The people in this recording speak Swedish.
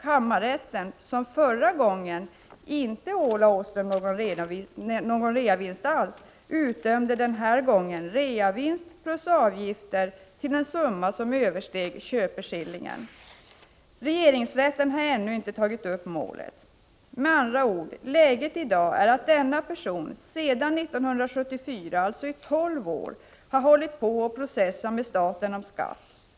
Kammarrätten, som förra gången inte ålade Åström någon reavinstskatt alls, utdömde denna gång reavinstskatt plus avgifter till en summa som översteg köpeskillingen. Regeringsrätten har ännu ej tagit upp målet. Med andra ord: Läget i dag är att denna person sedan 1974, alltså under tolv år, har hållit på och processat med staten om skatt.